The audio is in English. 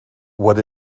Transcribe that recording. what